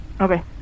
Okay